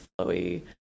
flowy